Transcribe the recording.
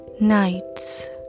nights